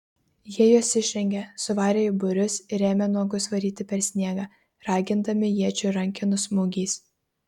jie juos išrengė suvarė į būrius ir ėmė nuogus varyti per sniegą ragindami iečių rankenų smūgiais